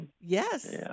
Yes